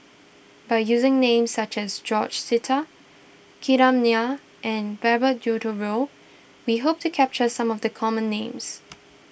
by using names such as George Sita Kram Nair and Herbert Eleuterio we hope to capture some of the common names